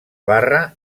barra